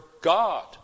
God